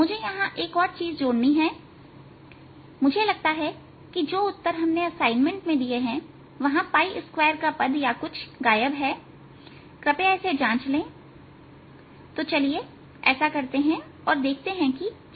मुझे यहां एक चीज और जोड़नी है मुझे लगता है कि जो उत्तर हमने असाइनमेंट में दिए हैं वहां2 का पद या कुछ गायब है कृपया इसे जांच लेंतो चलिए ऐसा करते हैं और देखते हैं कि क्या आता है